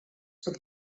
pot